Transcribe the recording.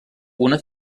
una